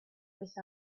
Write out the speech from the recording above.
with